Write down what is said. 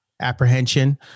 apprehension